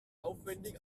aufwendig